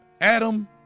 Adam